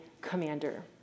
commander